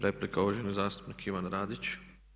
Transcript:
Replika uvaženi zastupnik Ivan Radić.